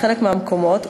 בחלק מהמקומות,